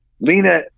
lena